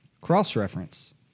cross-reference